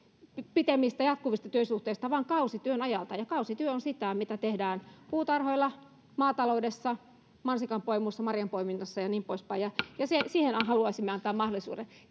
pitemmistä jatkuvista työsuhteista vaan kausityön ajasta ja kausityö on sitä mitä tehdään puutarhoilla maataloudessa mansikanpoiminnassa marjanpoiminnassa ja niin poispäin ja ja siihen haluaisimme antaa mahdollisuuden